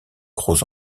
gros